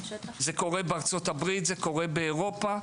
זה קורה בארצות הברית, באירופה.